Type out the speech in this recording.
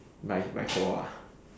by by four ah